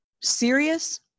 serious